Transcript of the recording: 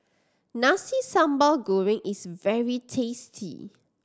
Nasi Sambal Goreng is very tasty